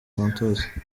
santos